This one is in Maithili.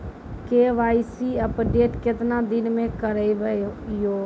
के.वाई.सी अपडेट केतना दिन मे करेबे यो?